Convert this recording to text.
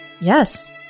Yes